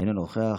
אינו נוכח,